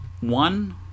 one